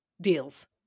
deals